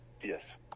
Yes